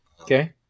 Okay